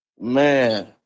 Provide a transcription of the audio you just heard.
Man